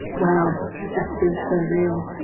wow, it just feels so real.